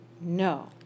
no